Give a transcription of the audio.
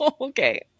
Okay